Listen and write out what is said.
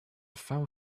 fell